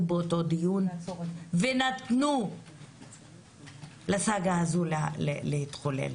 באותו דיון ונתנו לסאגה הזו להתחולל.